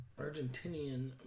Argentinian